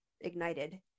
ignited